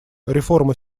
реформа